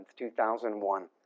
2001